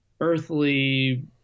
earthly –